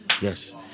Yes